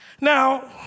Now